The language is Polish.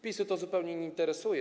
PiS-u to zupełnie nie interesuje.